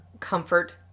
comfort